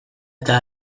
eta